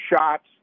shots